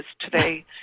today